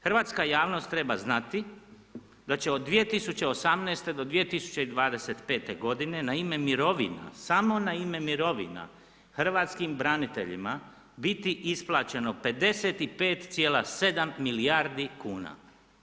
Hrvatska javnost treba znati da će od 2018. do 2025. godine na ime mirovina, samo na ime mirovina hrvatskim braniteljima biti isplaćeno 55,7 milijardi kuna.